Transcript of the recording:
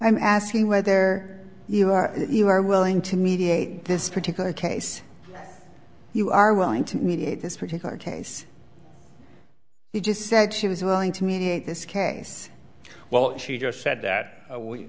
i'm asking whether you are you are willing to mediate this particular case you are willing to mediate this particular case you just said she was willing to mediate this case well she just said that